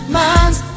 mind's